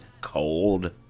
cold